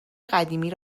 قدیمی